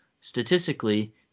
statistically